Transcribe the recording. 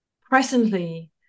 presently